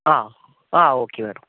ആ ആ okay madam